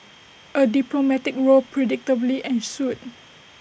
A diplomatic row predictably ensued